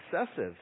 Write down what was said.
excessive